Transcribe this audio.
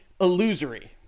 illusory